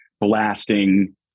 blasting